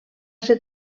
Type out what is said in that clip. ser